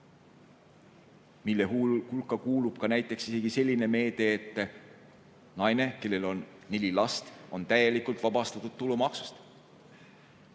mille hulka kuulub näiteks isegi selline meede, et naine, kellel on neli last, on täielikult vabastatud tulumaksust,